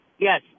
yes